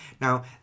Now